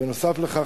בנוסף לכך,